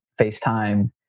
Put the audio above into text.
FaceTime